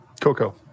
Coco